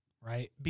right